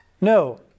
No